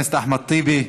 חבר הכנסת אחמד טיבי,